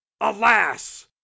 Alas